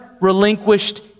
relinquished